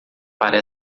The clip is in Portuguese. para